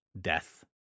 death